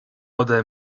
ode